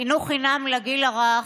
חינוך חינם לגיל הרך),